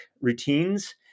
routines